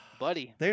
Buddy